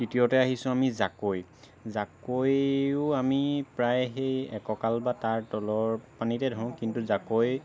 তৃতীয়তে আহিছো আমি জাকৈ জাকৈও আমি প্ৰায় সেই একঁকাল বা তাৰ তলৰ পানীতে ধৰো কিন্তু জাকৈ